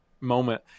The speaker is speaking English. moment